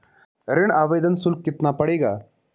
ऋण आवेदन शुल्क कितना पड़ेगा?